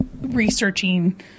researching